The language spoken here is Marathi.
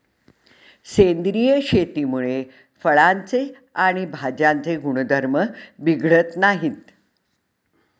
सेंद्रिय शेतीमुळे फळांचे आणि भाज्यांचे गुणधर्म बिघडत नाहीत